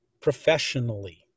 professionally